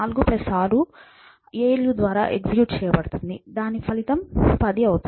4 6 ALU ద్వారా execute చేయబడుతుంది దాని ఫలితం 10